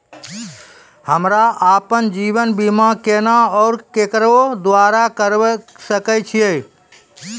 हमरा आपन जीवन बीमा केना और केकरो द्वारा करबै सकै छिये?